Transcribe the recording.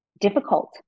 difficult